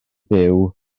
byw